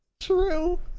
true